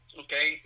okay